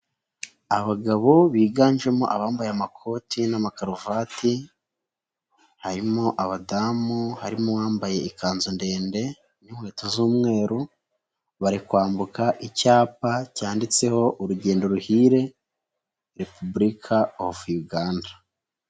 Abagabo biganjemo abambaye amakoti n'amakaruvati, harimo abadamu, harimo uwambaye ikanzu ndende n'inkweto z'umweru, bari kwambuka icyapa cyanditseho urugendo ruhire repubulika of Uganda.